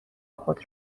خود